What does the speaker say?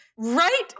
Right